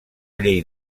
llei